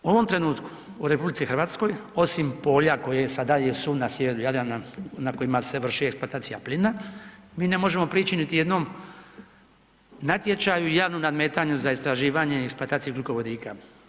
U ovom trenutku u RH, osim polja koja sada jesu na sjeveru Jadrana, na kojima se vrši eksploatacija plina, mi ne možemo prići niti jednom natječaju i javnom nadmetanju za istraživanje i eksploataciju ugljikovodika.